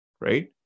right